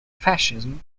fascism